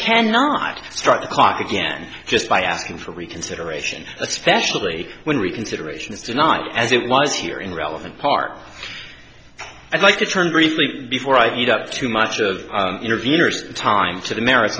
cannot start the clock again just by asking for reconsideration especially when reconsideration is tonight as it was here in relevant part i'd like to turn briefly before i get up to much of interveners time to the merits